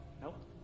Nope